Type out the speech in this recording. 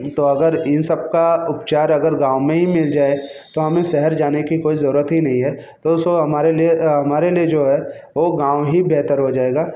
तो अगर इन सब का उपचार गाँव में ही मिल जाए तो हमें शहर जाने की कोई जरूरत ही नहीं है तो सो हमारे लिए जो है गाँव ही बेहतर हो जाएगा